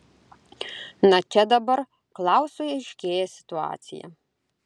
na čia dabar klausui aiškėja situacija